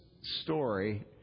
story